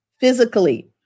Physically